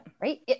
right